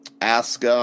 Ask